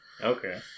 Okay